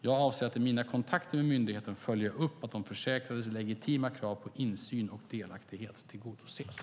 Jag avser att i mina kontakter med myndigheten följa upp att de försäkrades legitima krav på insyn och delaktighet tillgodoses.